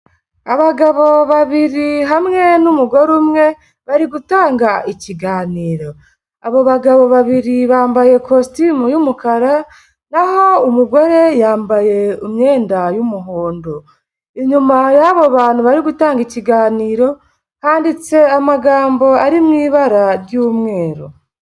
Abagabo babiri hamwe n'umugore umwe bari gutanga ikiganiro, abo bagabo babiri bambaye kositimu y'umukara nkaho umugore yambaye imyenda y'umuhondo, inyuma y'abo bantu bari gutanga ikiganiro handitse amagambo ari mu ibara ry'umweru.